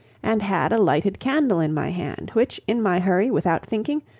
and had a lighted candle in my hand, which, in my hurry, without thinking,